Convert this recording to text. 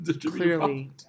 clearly